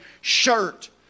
shirt